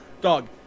Dog